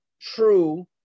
true